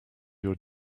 your